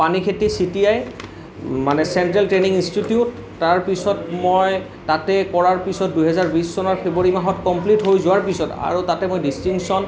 Panikhaiti C T I মানে central training institute তাৰ পিছত মই তাতে কৰাৰ পিছত দুহেজাৰ দুই চনত ফেব্ৰুৱাৰী মাহত কমপ্লীট হৈ যোৱাৰ পিছত আৰু তাতে মই ডিষ্ট্ৰিংছন